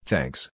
Thanks